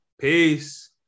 Peace